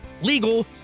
legal